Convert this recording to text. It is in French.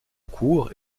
cours